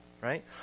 right